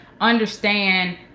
understand